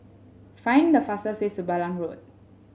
find the fastest way to Balam Road